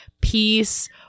peace